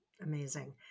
Amazing